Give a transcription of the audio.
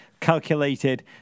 calculated